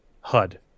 HUD